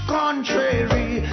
contrary